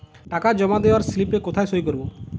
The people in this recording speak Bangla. টাকা জমা দেওয়ার স্লিপে কোথায় সই করব?